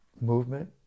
movement